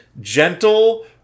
gentle